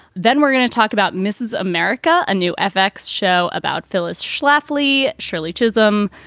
then we're gonna talk about mrs. america, a new ethics show about phyllis schlafly, shirley chisholm,